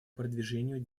продвижению